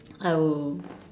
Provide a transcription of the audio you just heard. I will